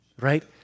right